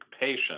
patient